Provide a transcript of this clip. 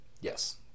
Yes